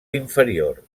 inferior